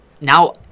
now